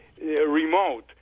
Remote